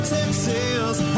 Texas